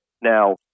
Now